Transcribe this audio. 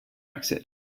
exit